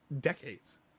decades